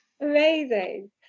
Amazing